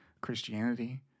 Christianity